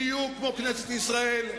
בדיוק כמו כנסת ישראל.